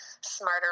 smarter